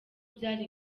byari